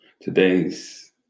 today's